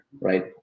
right